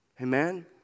Amen